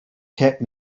kept